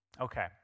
Okay